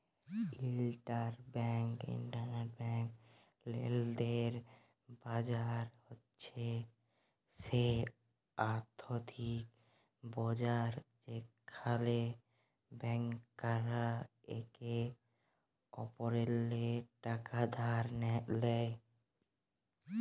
interbank লেলদেলের বাজার হছে সে আথ্থিক বাজার যেখালে ব্যাংকরা একে অপরেল্লে টাকা ধার লেয়